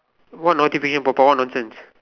what notification pop up what nonsense